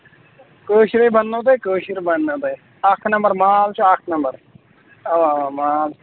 کٲشرے بَنو تۄہہِ کٲشِر بَنو تۄہہِ اکھ نَمبر مال چھُ اکھ نَمبر اَوا اَوا مال چھُ